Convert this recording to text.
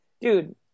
dude